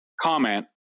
comment